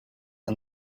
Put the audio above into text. and